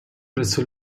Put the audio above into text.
presso